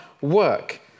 work